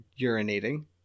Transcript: urinating